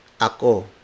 ako